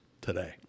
today